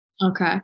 Okay